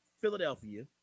Philadelphia